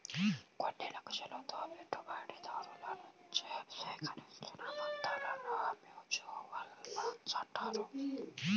కొన్ని లక్ష్యాలతో పెట్టుబడిదారుల నుంచి సేకరించిన మొత్తాలను మ్యూచువల్ ఫండ్స్ అంటారు